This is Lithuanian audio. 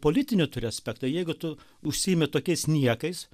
politinį turi aspektą jeigu tu užsiimi tokiais niekais